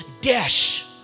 dash